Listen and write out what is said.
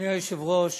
יושב-ראש